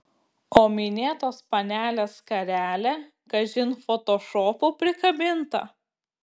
o minėtos panelės skarelė kažin fotošopu prikabinta